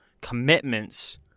commitments